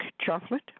chocolate